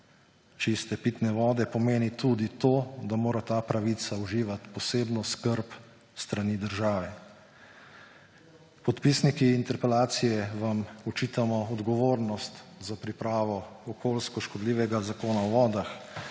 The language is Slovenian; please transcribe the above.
čiste pitne vode, pomeni tudi to, da mora ta pravica uživati posebno skrb s strani države. Podpisniki interpelacije vam očitamo odgovornost za pripravo okoljsko škodljivega Zakona o vodah,